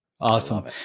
Awesome